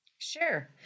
Sure